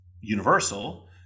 universal